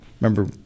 Remember